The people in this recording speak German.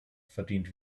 verdient